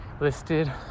listed